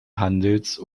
handels